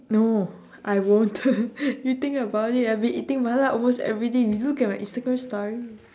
no I won't you think about it I've been eating mala almost everyday you look at my instagram story